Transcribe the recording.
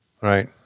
Right